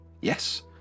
yes